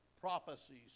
prophecies